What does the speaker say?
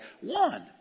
one